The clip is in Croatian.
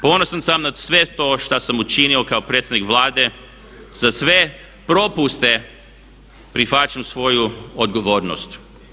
Ponosan sam na sve to što sam učinio kao predsjednik Vlade za sve propuste prihvaćam svoju odgovornost.